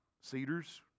cedars